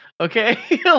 Okay